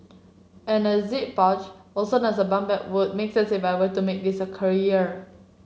and the zip pouch also as a bum bag would make sense if I were to make this a career